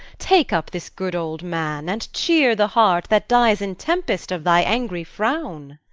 take up this good old man, and cheer the heart that dies in tempest of thy angry frown.